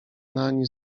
nań